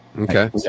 Okay